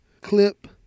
Clip